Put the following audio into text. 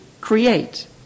create